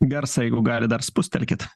garsą jeigu galit dar spustelkit